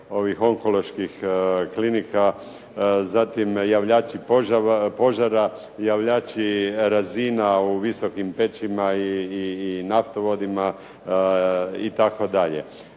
ovih onkoloških klinika, zatim javljači požara, javljači razina u visokim pećima i naftovodima itd.